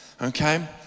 okay